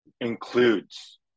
includes